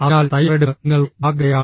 അതിനാൽ തയ്യാറെടുപ്പ് നിങ്ങളുടെ ജാഗ്രതയാണ്